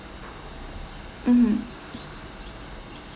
mm